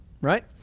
right